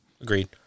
agreed